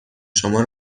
شما